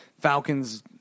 Falcons